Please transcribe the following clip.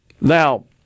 Now